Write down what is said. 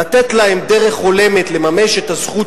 לתת להם דרך הולמת לממש את הזכות,